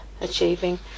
achieving